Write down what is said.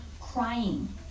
crying